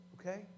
okay